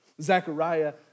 Zechariah